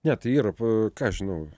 ne tai yra ką aš žinau